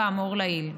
כאמור לעיל.